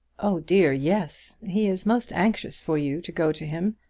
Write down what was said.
oh dear, yes. he is most anxious for you to go to him.